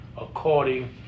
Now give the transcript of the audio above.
according